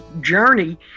journey